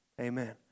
amen